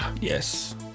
Yes